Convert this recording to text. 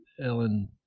Ellen –